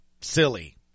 silly